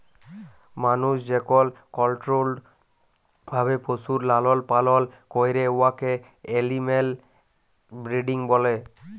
মালুস যেকল কলট্রোল্ড ভাবে পশুর লালল পালল ক্যরে উয়াকে এলিম্যাল ব্রিডিং ব্যলে